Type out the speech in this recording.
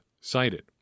cited